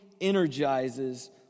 energizes